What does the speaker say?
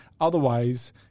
Otherwise